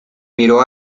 miro